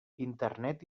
internet